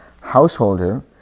householder